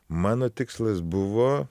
mano tikslas buvo